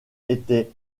étaient